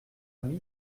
ami